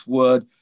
word